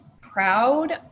proud